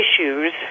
issues